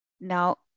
Now